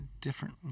different